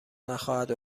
نخواهد